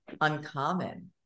uncommon